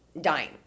dying